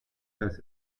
das